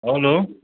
hello